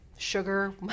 Sugar